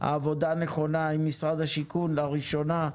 עבודה נכונה עם משרד השיכון לראשונה.